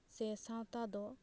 ᱥᱮ ᱥᱟᱶᱛᱟ ᱫᱚ